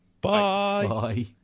Bye